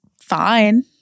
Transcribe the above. fine